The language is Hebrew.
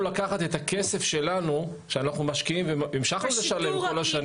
לקחת את הכסף שלנו שאנחנו משקיעים והמשכנו לשלם כל השנים,